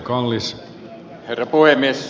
arvoisa herra puhemies